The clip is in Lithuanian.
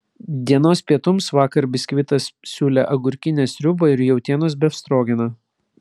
dienos pietums vakar biskvitas siūlė agurkinę sriubą ir jautienos befstrogeną